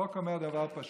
החוק אומר דבר פשוט: